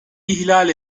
ihlal